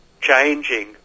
changing